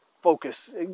focus